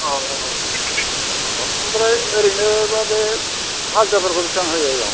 औ औ ओमफ्राय ओरैनोबा बे हाजिराफोरखौ बिसिबां होयो आयं